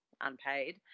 unpaid